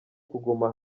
kuguma